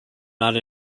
not